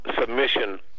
submission